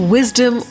Wisdom